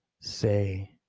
say